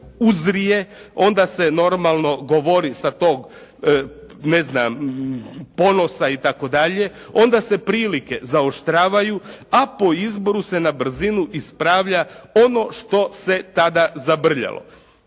uzvrije, onda se normalno govori sa tog ne znam ponosa itd., onda se prilike zaoštravaju, a po izboru se na brzinu ispravlja ono što se tada zabrljalo.